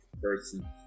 person